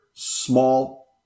small